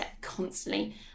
constantly